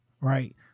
Right